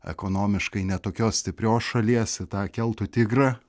ekonomiškai ne tokios stiprios šalies į tą keltų tigrą